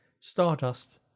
Stardust